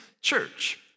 church